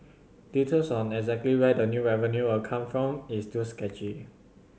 details of exactly where the new revenue will come from is still sketchy